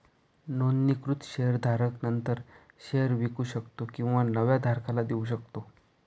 नोंदणीकृत शेअर धारक नंतर शेअर विकू शकतो किंवा नव्या धारकाला देऊ शकतो